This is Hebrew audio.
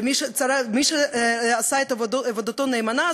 ומי שעשה את עבודתו נאמנה,